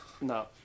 no